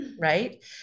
right